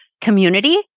community